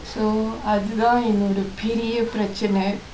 so அதுதான் என்னொட பெரிய பிரட்சனை:athuthaan ennoda periya piratchanai